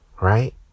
right